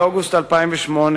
באוגוסט 2008,